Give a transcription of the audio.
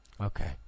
Okay